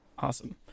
Awesome